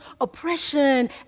oppression